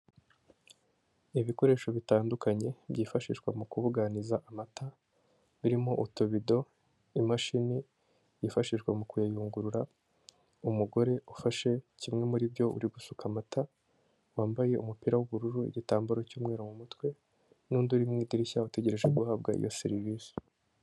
Ibikoresho bitandukanye byifashishwa mu kubuganiza amata, birimo utobido, imashini yifashishwa mu kuyayungurura, umugore ufashe kimwe muri byo uri gusuka amata, wambaye umupira w'ubururu, igitambaro cy'umweru mu mutwe, n'undi uri mu idirishya utegereje guhabwa iyo serivisi.